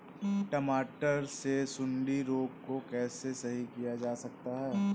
टमाटर से सुंडी रोग को कैसे सही किया जा सकता है?